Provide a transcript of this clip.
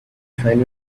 trying